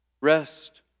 Rest